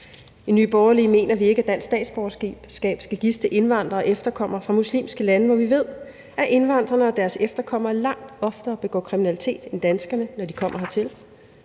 I Nye Borgerlige mener vi ikke, at dansk statsborgerskab skal gives til indvandrere og efterkommere fra muslimske lande, hvor vi ved at indvandrerne og deres efterkommere langt oftere begår kriminalitet end danskerne, når de kommer hertil.